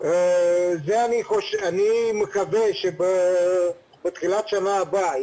אני מקווה שבתחילת השנה הבאה,